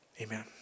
Amen